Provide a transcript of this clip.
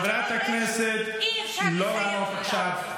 אי-אפשר, חברת הכנסת, לא לענות עכשיו.